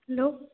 hello